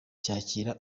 cyakira